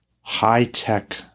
high-tech